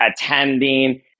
attending